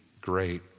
great